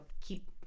keep